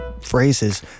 phrases